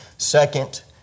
Second